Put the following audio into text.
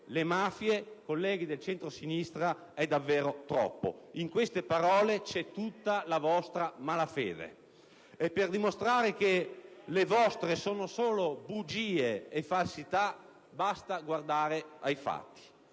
le mafie, colleghi del centrosinistra, è davvero troppo. In queste parole c'è tutta la vostra malafede. *(Commenti dal Gruppo PD).* E per dimostrare che le vostre sono solo bugie e falsità, basta guardare ai fatti.